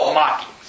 mocking